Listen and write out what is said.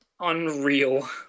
Unreal